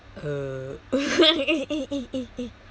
uh